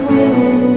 Women